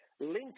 Linked